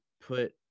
put